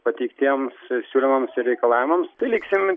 pateiktiems siūlymams ir reikalavimams liksim